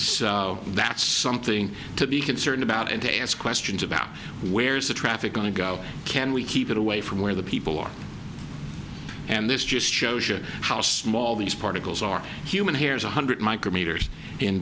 so that's something to be concerned about and to ask questions about where is the traffic going to go can we keep it away from where the people are and this just shows you how small these particles are human hairs one hundred micro meters in